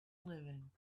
living